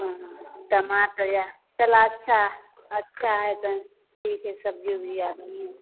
हँ टमाटर अइ चलू अच्छा अच्छा हइ तऽ ठीक हइ सब्जी उब्जी